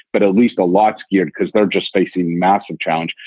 but at least a lot scared because they're just facing massive challenge.